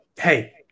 Hey